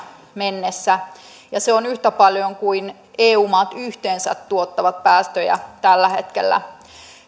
mennessä se on yhtä paljon kuin eu maat yhteensä tuottavat päästöjä tällä hetkellä